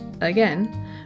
again